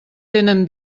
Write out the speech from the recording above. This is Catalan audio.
tenen